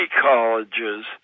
colleges